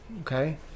Okay